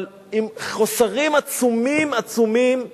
אבל עם חוסרים עצומים-עצומים בהרגלים,